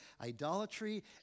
idolatry